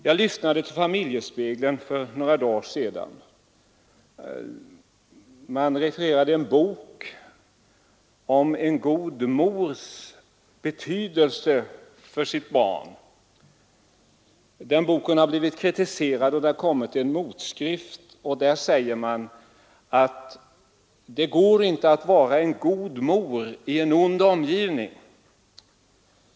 Jag lyssnade till Familjespegeln för några dagar sedan. Man refererade där en bok om en god mors betydelse för sitt barn. Den boken har blivit kritiserad, och det har kommit ut en motskrift, där det sägs att det inte går att vara en god mor i en ond omgivning.